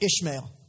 Ishmael